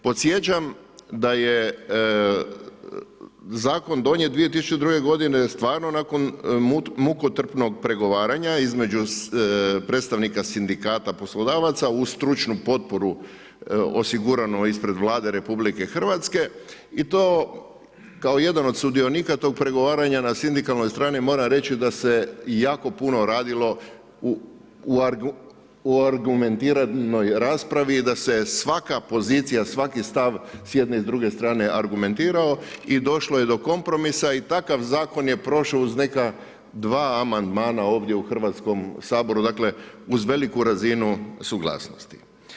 Podsjećam da je zakon donijet 2002. godine, stvarno nakon mukotrpnog pregovaranja između predstavnika sindikata poslodavaca, uz stručnu potporu osiguranu ispred Vlade RH i to kao jedan od sudionika tog pregovaranja na sindikalnoj strani moram reći da se jako puno radilo u argumentiranoj raspravi i da se svaka pozicija, svaki stav s jedne i s druge strane argumentirao i došlo je do kompromisa i takav zakon je prošao uz neka 2 amandmana ovdje u Hrvatskom saboru, dakle uz veliku razinu suglasnosti.